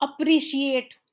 Appreciate